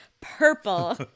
purple